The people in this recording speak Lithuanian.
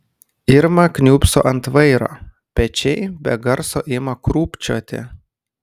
irma kniūbso ant vairo pečiai be garso ima krūpčioti